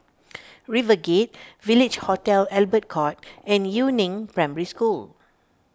Rivegate Village Hotel Albert Court and Yu Neng Primary School